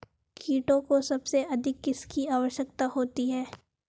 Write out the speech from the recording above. कीटों को सबसे अधिक किसकी आवश्यकता होती है?